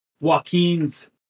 Joaquin's